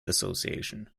association